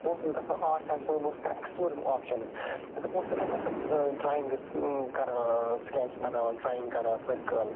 بہٕ اوسُس گژھان آرٹ سیٚکشنَس منٛز بہٕ اوسُس کران ایٚکٕسپلور یِم آپشنٕز مطلب بہِ اوسُس یِتھے پٲٹھۍ تِم ٲں ڈرٛاینٛگٕز کران سکیٚچ بناوان ڈرٛاینٛگ کران سرکٕل